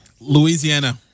Louisiana